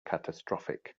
catastrophic